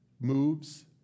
moves